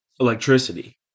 electricity